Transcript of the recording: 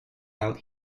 out